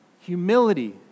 Humility